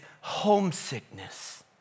homesickness